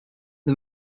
the